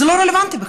זה לא רלוונטי בכלל,